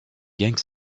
gagne